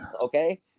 okay